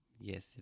Yes